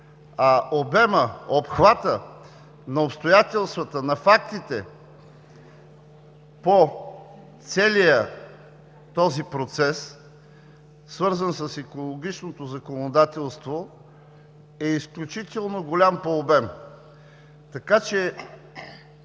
а обемът, обхватът на обстоятелствата, на фактите по целия този процес, свързан с екологичното законодателство, е изключително голям по обем.